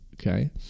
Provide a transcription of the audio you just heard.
Okay